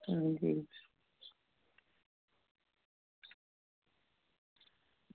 आं जी